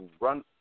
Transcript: run